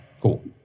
cool